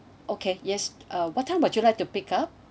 okay yes uh what time would you like to pick up